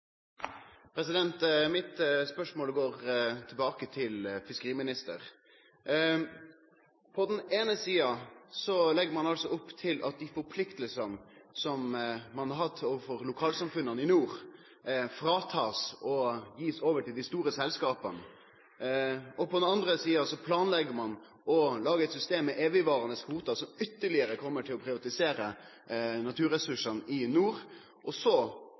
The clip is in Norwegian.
til fiskeriministeren. På den eine sida legg ein altså opp til at dei forpliktingane ein har hatt overfor lokalsamfunna i nord, blir tekne frå ein og gitt til dei store selskapa, og på den andre sida planlegg ein å lage eit system med evigvarande kvotar som ytterlegare kjem til å privatisere naturressursane i nord. Så